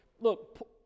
look